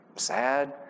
sad